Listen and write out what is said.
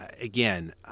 again